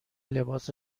لباس